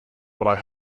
what